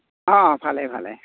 অঁ ভালেই ভালেই